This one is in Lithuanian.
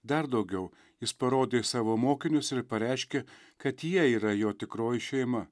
dar daugiau jis parodė savo mokinius ir pareiškė kad jie yra jo tikroji šeima